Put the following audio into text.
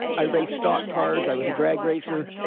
i raced stock cars. i was a drag racer.